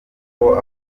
kong